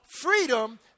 freedom